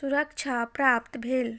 सुरक्षा प्राप्त भेल